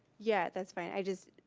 yeah, that's fine, i just.